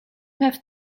have